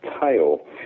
tail